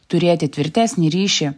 turėti tvirtesnį ryšį